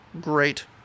Great